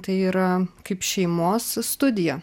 tai yra kaip šeimos studija